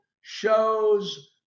shows